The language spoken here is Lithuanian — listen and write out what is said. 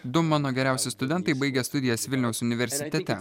du mano geriausi studentai baigė studijas vilniaus universitete